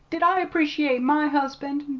did i appreciate my husband?